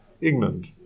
England